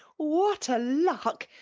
what a lark!